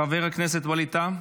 חבר הכנסת ווליד טאהא,